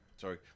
Sorry